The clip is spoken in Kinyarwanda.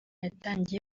yatangiye